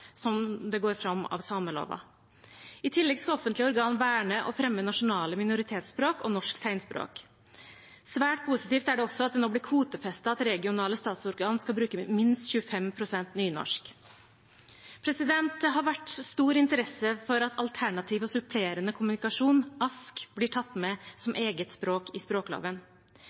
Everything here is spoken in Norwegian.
det går fram av sameloven. I tillegg skal offentlige organer verne og fremme nasjonale minoritetsspråk og norsk tegnspråk. Svært positivt er det også at det nå blir kvotefestet at regionale statsorganer skal bruke minst 25 pst. nynorsk. Det har vært stor interesse for at alternativ og supplerende kommunikasjon, ASK, blir tatt med som eget språk i språkloven.